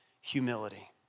humility